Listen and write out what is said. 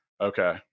Okay